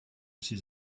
ses